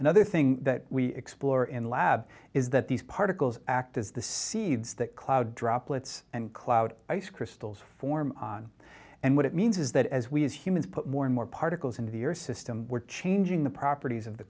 another thing that we explore in the lab is that these particles act as the seeds that cloud droplets and cloud ice crystals form on and what it means is that as we as humans put more and more particles into the earth system we're changing the properties of the